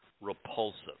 repulsive